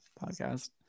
podcast